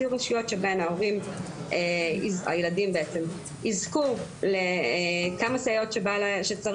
אז יהיו רשויות שבהן הילדים יזכו לכמה סייעות שצריך,